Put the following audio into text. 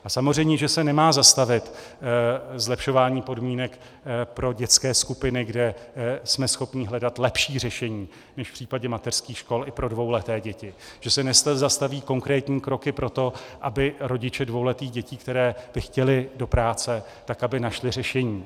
A samozřejmě že se nemá zastavit zlepšování podmínek pro dětské skupiny, kde jsme schopni hledat lepší řešení než v případě mateřských škol i pro dvouleté děti, že se nezastaví konkrétní kroky pro to, aby rodiče dvouletých dětí, kteří by chtěli do práce, tak aby našli řešení.